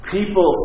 People